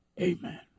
Amen